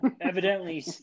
evidently